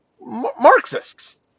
Marxists